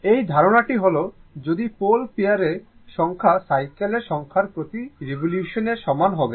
এই ধারণাটি হল যদি পোল পেয়ারের সংখ্যা সাইকেলের সংখ্যার প্রতি রিভলিউশনের সমান হবে